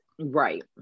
Right